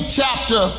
chapter